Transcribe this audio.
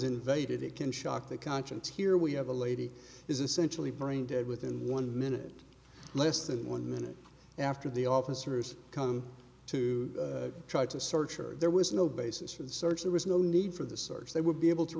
invaded it can shock the conscience here we have a lady is essentially brain dead within one minute less than one minute after the officers come to try to search her there was no basis for the search there was no need for the search they would be able to